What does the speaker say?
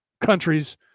countries